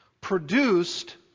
produced